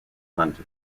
london